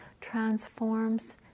transforms